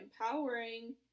empowering